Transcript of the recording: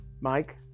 Mike